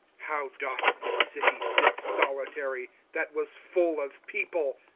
how doth the city sit solitary, that was full of people!